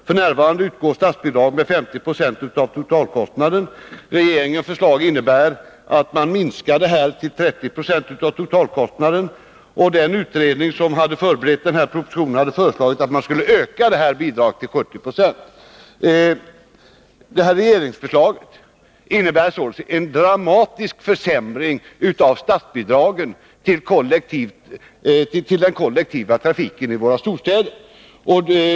F.n. utgår statsbidrag med ca 50 26 av totalkostnaden. Regeringens förslag innebär att bidraget sänks till ca 30 76 av totalkostnaden. Väghållningsutredningen, som har förberett propositionen, föreslog en höjning av statsbidraget till 70 96 av totalkostnaden. Regeringsförslaget innebär således en dramatisk försämring av statsbidragen till den kollektiva trafiken i våra storstäder.